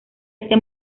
este